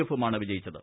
എഫുമാണ് വിജയിച്ചത്